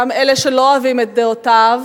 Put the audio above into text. גם אלה שלא אוהבים את דעותיו